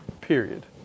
Period